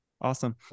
Awesome